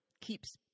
keeps